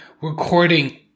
recording